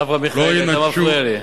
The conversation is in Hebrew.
אברהם מיכאלי, אתה מפריע לי.